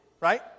right